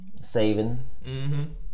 saving